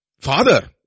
father